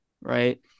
right